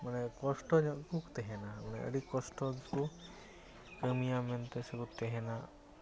ᱢᱟᱱᱮ ᱠᱚᱥᱴᱚᱧᱚᱜ ᱜᱮᱠᱚ ᱛᱟᱦᱮᱱᱟ ᱢᱟᱱᱮ ᱟᱹᱰᱤ ᱠᱚᱥᱴᱚ ᱨᱮᱠᱚ ᱠᱟᱹᱢᱤᱭᱟ ᱢᱮᱱᱛᱮ ᱥᱮᱠᱚ ᱛᱟᱦᱮᱱᱟ